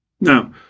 Now